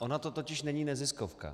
Ona to totiž není neziskovka.